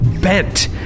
bent